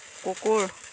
কুকুৰ